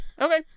Okay